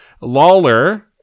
Lawler